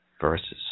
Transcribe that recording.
verses